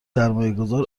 سرمایهگذار